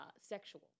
sexual